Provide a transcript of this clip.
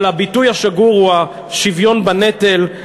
אבל הביטוי השגור הוא השוויון בנטל.